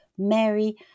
Mary